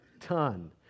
ton